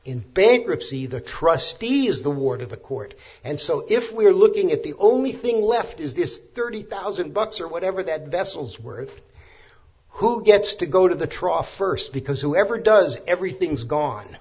in bankruptcy the trustee is the ward of the court and so if we're looking at the only thing left is this thirty thousand bucks or whatever that vessel's worth who gets to go to the trough first because whoever does everything's gone